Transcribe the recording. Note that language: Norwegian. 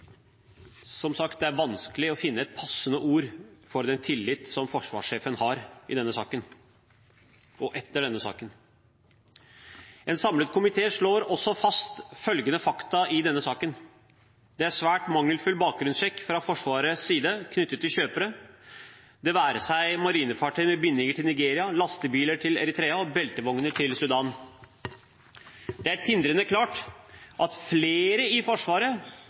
Som sagt, det er vanskelig å finne et passende ord for den tillit som forsvarssjefen har etter denne saken. En samlet komité slår også fast følgende fakta i denne saken: Det er svært mangelfull bakgrunnssjekk fra Forsvarets side knyttet til kjøpere – det være seg av marinefartøyene med bindinger til Nigeria, av lastebiler til Eritrea eller av beltevogner til Sudan. Det er tindrende klart at flere i Forsvaret